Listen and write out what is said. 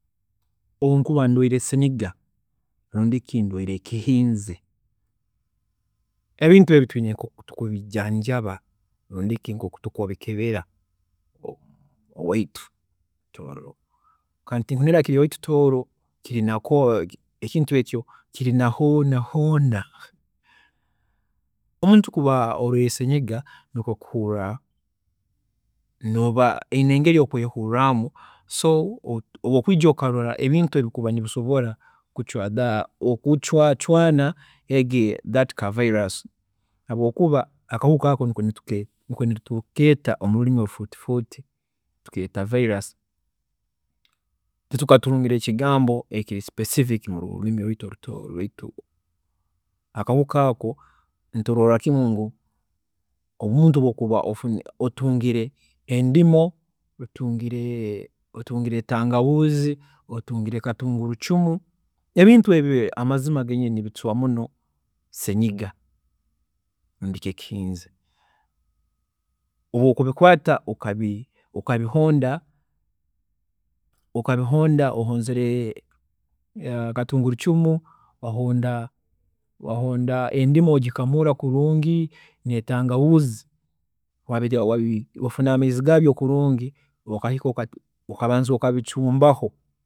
﻿Obu nkuba ndwiire senyiga rundi ki ekihiinzi, ebintu ebi twiina nkoku tubijaanjaba, rundi ki nkoku tukubikebera owa- owaitu Tooro kandi tinkunihira nti kiri owaitu Tooro, ekintu eki kiri na hoona hoona. Omuntu kuba orwiire senyiga nikwe kuhuurra nooba oyine engeri okwehuurraamu, so obu okwiija okarora ebintu ebikuba nibisobora okucwatha okucwaacwaana ako ka virus habwookuba akahuka ako nikwe tukuteeta omulurimi olufuutifuuti, tukeeta virus, titukatuungire ekigambo ekiri specific mulurimi rwiitu orutooro baitu akahuka ako nituroorra kimu ngu omuntu obu orikuba otungire endimu, otungire otungire tangahuuzi, otungire katunguru cumu, ebintu ebi amazima genyini nibicwa muno senyiga rundi ki ekihiinzi. Obu okubikwaata okabihonda, okabihonda ohoonzire katunguru cumu wahonda endimu wagikaamura kurungi n'entaangahuuzi, wafuna amaizi gaabyo kurungi okahika okabanza okabicuumbaho